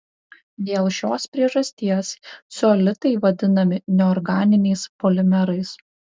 dėl šios priežasties ceolitai vadinami neorganiniais polimerais